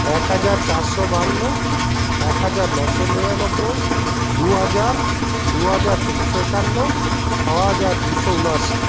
এক হাজার চারশো বাহান্ন এক হাজার নশো নিরানব্বই দু হাজার দু হাজার তিনশো একান্ন ছ হাজার দুশো ঊনআশি